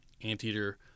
anteater